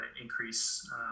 increase